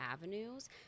avenues